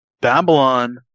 Babylon